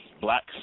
blacks